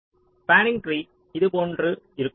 ஒரு spanning tree இது போன்று இருக்கும்